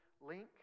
link